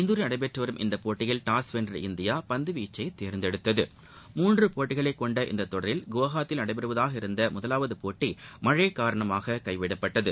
இந்தூரில் நடைபெற்று வரும் இப்போட்டியில் டாஸ் வென்ற இந்தியா பந்துவீச்சை தேர்ந்தெடுத்தது மூன்று போட்டிகளை கொண்ட இந்தத் தொடரில் குவஹாத்தியில் நடைபெறுவதாக இருந்த முதவாவது போட்டி மழை காரணமாக கைவிடப்பட்டது